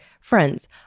Friends